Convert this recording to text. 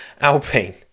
Alpine